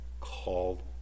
called